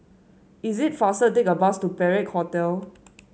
is it faster take a bus to Perak Hotel